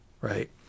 right